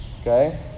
Okay